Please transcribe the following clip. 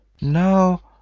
Now